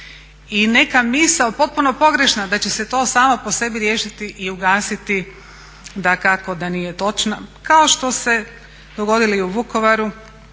i neka misao potpuno pogrešna da će se to samo po sebi riješiti i ugasiti dakako da nije točna. Kao što se dogodilo i u Vukovaru,